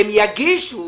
הם יגישו